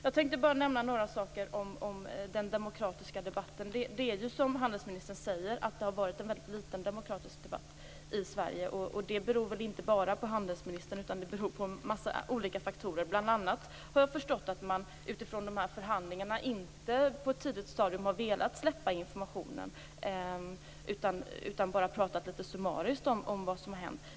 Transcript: Jag tänker bara nämna några saker om den demokratiska debatten. Det har ju, som handelsministern säger, varit en väldigt liten demokratisk debatt i Sverige. Det beror väl inte bara på handelsministern utan på en mängd olika faktorer. Bl.a. har jag förstått att man utifrån de här förhandlingarna inte velat släppa ut informationen på ett tidigt stadium utan bara har pratat litet summariskt om vad som har hänt.